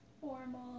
formal